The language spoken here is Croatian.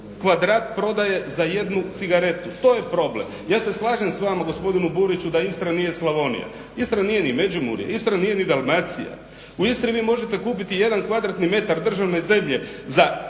kvadrat prodaje za jednu cigaretu, to je problem. Ja se slažem s vama gospodine Buriću da Istra nije Slavonija, Istra nije ni Međimurje, Istra nije ni Dalmacija. U Istri vi možete kupiti jedan kvadratni metar državne zemlje za